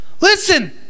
listen